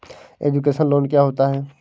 Education loan क्या होता है?